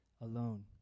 alone